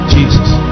Jesus